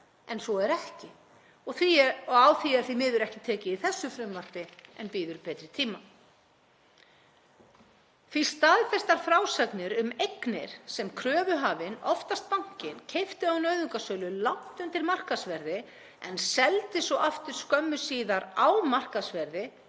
En svo er ekki og því miður er ekki tekið á því í þessu frumvarpi, það bíður betri tíma. Staðfestar frásagnir af eignum sem kröfuhafinn, oftast banki, keypti á nauðungarsölu langt undir markaðsverði en seldi svo aftur skömmu síðar á markaðsverði